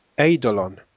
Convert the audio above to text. eidolon